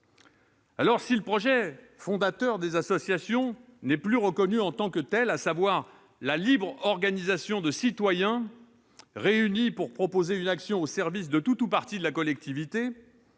Si le projet fondateur des associations n'est plus reconnu en tant que tel, à savoir la libre organisation de citoyens réunis pour proposer une action au service de tout ou partie de la collectivité,